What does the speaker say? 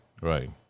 Right